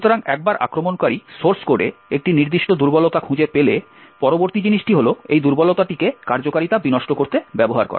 সুতরাং একবার আক্রমণকারী সোর্স কোডে একটি নির্দিষ্ট দুর্বলতা খুঁজে পেলে পরবর্তী জিনিসটি হল এই দুর্বলতাটিকে কার্যকারিতা বিনষ্ট করতে ব্যবহার করা